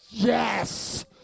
Yes